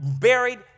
buried